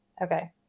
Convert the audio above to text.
Okay